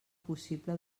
possible